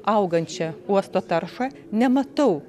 augančią uosto taršą nematau